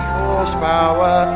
horsepower